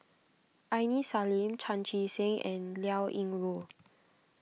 Aini Salim Chan Chee Seng and Liao Yingru